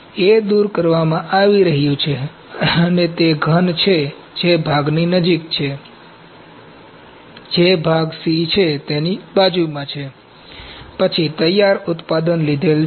A દૂર કરવામાં આવી રહ્યું છે અને આ તે ઘન છે જે ભાગની નજીક છે જે ભાગ C છે તેની બાજુમાં છે પછી તૈયાર ઉત્પાદન લીધેલ છે